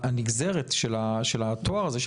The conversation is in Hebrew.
הנגזרת של התואר הזה,